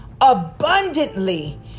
abundantly